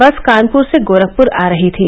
बस कानपूर से गोरखपूर आ रही थी